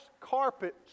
carpet